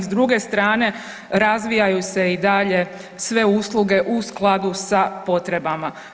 S druge strane razvijaju se i dalje sve usluge u skladu sa potrebama.